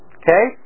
okay